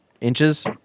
inches